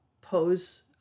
pose